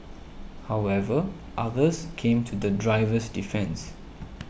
however others came to the driver's defence